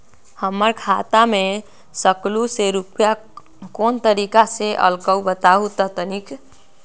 हमर खाता में सकलू से रूपया कोन तारीक के अलऊह बताहु त तनिक?